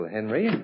Henry